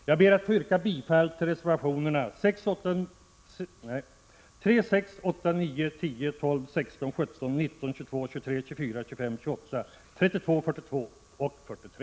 Jag begär att få yrka bifall till reservationerna 3, 6, 8, 9, 10, 12, 16, 17, 19, 22, 23, 24, 25, 28, 32, 42 och 43.